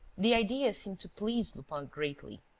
the idea seemed to please lupin greatly.